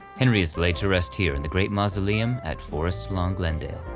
henry is laid to rest here in the great mausoleum at forest lawn glendale.